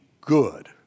good